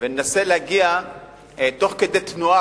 וננסה להגיע תוך כדי תנועה,